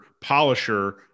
polisher